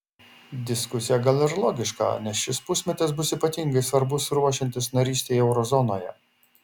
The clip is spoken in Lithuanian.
diskusija gal ir logiška nes šis pusmetis bus ypatingai svarbus ruošiantis narystei euro zonoje